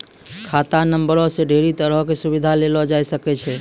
खाता नंबरो से ढेरी तरहो के सुविधा लेलो जाय सकै छै